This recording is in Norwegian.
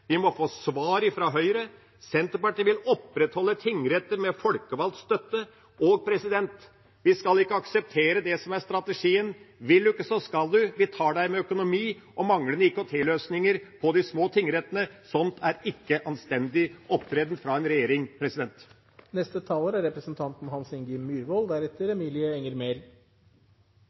Vi må få svar fra Høyre. Senterpartiet vil opprettholde tingretter med folkevalgt støtte. Vi skal ikke akseptere det som er strategien: Vil du ikke, så skal du – vi tar deg på økonomi og manglende IKT-løsninger i de små tingrettene. Sånt er ikke anstendig opptreden fra en regjering. Situasjonen knytt til domstolane er